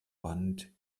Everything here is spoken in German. wand